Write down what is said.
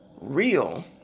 real